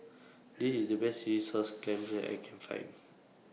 This IS The Best Chilli Sauce Clams that I Can Find